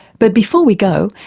but before we go,